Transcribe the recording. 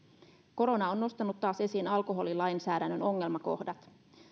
korona on nostanut taas esiin alkoholilainsäädännön ongelmakohdat